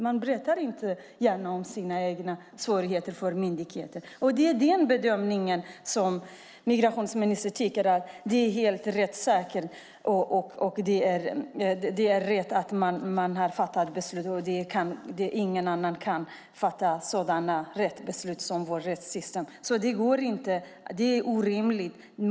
Man berättar inte gärna om sina egna svårigheter för myndigheter. Migrationsministern tycker att bedömningen är helt rättssäker, att det är rätt att man fattar beslut och att ingen kan fatta så riktiga beslut som vårt rättssystem. Det är orimligt.